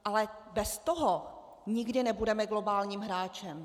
Ale bez toho nikdy nebudeme globálním hráčem.